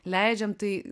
leidžiam tai